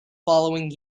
following